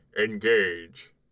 Engage